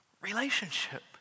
Relationship